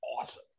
awesome